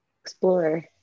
explore